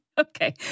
Okay